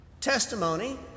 testimony